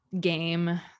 game